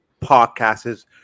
podcasts